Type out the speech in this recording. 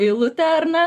eilutė ar ne